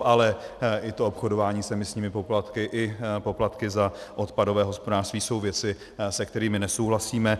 Ale i to obchodování s emisními poplatky i poplatky za odpadové hospodářství jsou věci, se kterými nesouhlasíme.